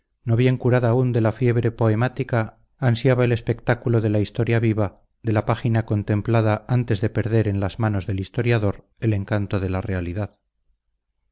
no bien curada aún de la fiebre poemática ansiaba el espectáculo de la historia viva de la página contemplada antes de perder en las manos del historiador el encanto de la realidad